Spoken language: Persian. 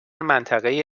منطقهای